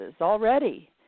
already